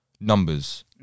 Numbers